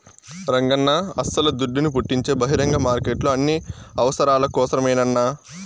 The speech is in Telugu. రంగన్నా అస్సల దుడ్డును పుట్టించే బహిరంగ మార్కెట్లు అన్ని అవసరాల కోసరమేనన్నా